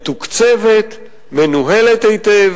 האיש הרזה,